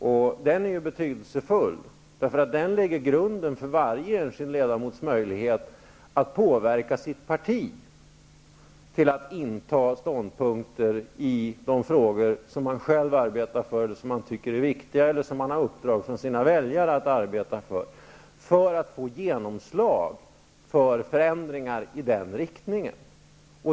Den rätten är betydelsefull, därför att den lägger grunden för varje enskild ledamots möjlighet att påverka sitt parti att inta ståndpunkter i de frågor som han själv arbetar för, som han tycker är viktiga eller som han har i uppdrag att arbeta för från sina väljare, för att få genomslag för förändringar i den riktningen.